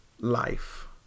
life